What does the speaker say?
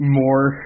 more